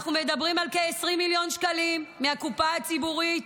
אנחנו מדברים על כ-20 מיליון שקלים מהקופה הציבורית.